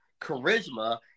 charisma